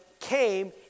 came